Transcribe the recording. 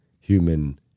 human